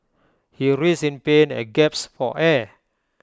he writhed in pain and gaps for air